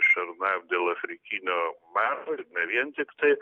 šernam dėl afrikinio maro ne vien tiktai